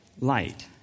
light